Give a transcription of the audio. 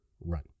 Run